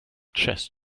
chess